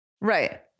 Right